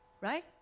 right